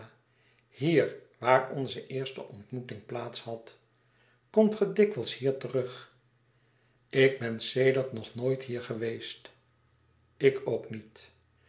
hier waar onze eerste ontmoeting plaats had komt ge dikwijls hier terug ik ben sedert nog nooit hier geweest ik ook niet